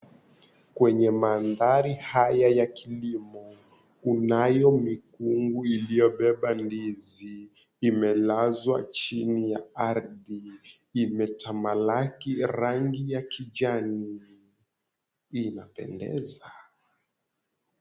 Kwenye mandhari haya ya kilimo, kunayo mikungu iliyobeba ndizi imelazwa chini ya ardhi, imetamalaki rangi ya kijani, inapendeza.